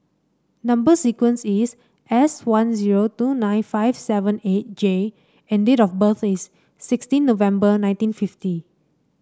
number sequence is S one zero two nine five seven eight J and date of birth is sixteen November nineteen fifty